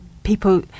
people